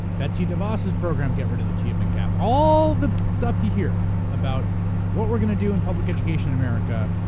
betsy devos' program, get rid of the achievement gap. all the stuff you hear about what we're gonna do in public education in america,